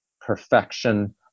perfection